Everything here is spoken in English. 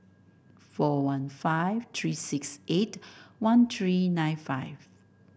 four one five three six eight one three nine five